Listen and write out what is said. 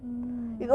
mm